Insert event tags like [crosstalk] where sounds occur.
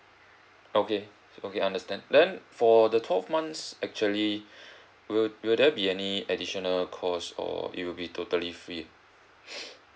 okay okay understand then for the twelve months actually [breath] will will there be any additional cost or it will be totally free [noise]